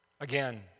Again